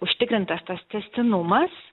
užtikrintas tas tęstinumas